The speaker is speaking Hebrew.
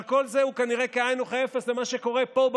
אבל כל זה הוא כנראה כאין וכאפס לעומת מה שקורה פה,